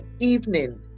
evening